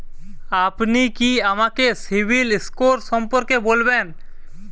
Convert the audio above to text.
আপনি কি আমাকে সিবিল স্কোর সম্পর্কে বলবেন?